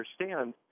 understand